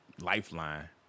Lifeline